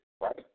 right